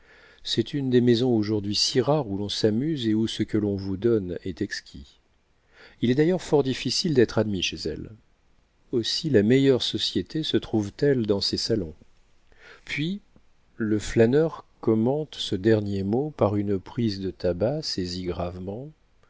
c'est une des maisons aujourd'hui si rares où l'on s'amuse et où ce que l'on vous donne est exquis il est d'ailleurs fort difficile d'être admis chez elle aussi la meilleure société se trouve-t-elle dans ses salons puis le flâneur commente ce dernier mot par une prise de tabac saisie gravement